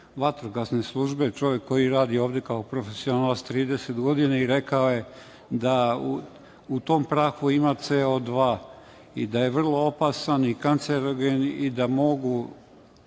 vatrogasne službe, čovek koji radi ovde kao profesionalac 30 godina i rekao je da u tom prahu ima CO2 i da je vrlo opasan i kancerogen i da mogu